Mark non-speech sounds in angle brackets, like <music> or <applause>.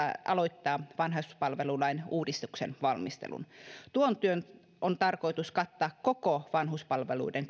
aloittaa vanhuspalvelulain uudistuksen valmistelun tuon työn on tarkoitus kattaa koko vanhuspalveluiden <unintelligible>